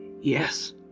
Yes